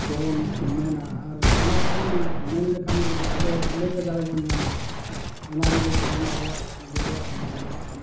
ᱜᱮᱵᱚᱱ ᱢᱮᱱᱟ ᱟᱨ ᱚᱱᱟ ᱠᱚᱵᱚᱱ ᱢᱮᱱ ᱞᱮᱠᱷᱟᱱ ᱜᱮ ᱟᱵᱚ ᱚᱸᱰᱮ ᱜᱮ ᱫᱟᱲᱮ ᱵᱚᱱ ᱧᱟᱢᱟ ᱚᱱᱟ ᱨᱮᱜᱮ ᱛᱟᱵᱚᱱ ᱟᱵᱚᱣᱟᱜ ᱡᱚᱛᱚᱣᱟᱜ ᱫᱟᱲᱮ ᱢᱮᱱᱟᱜᱼᱟ